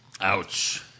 Ouch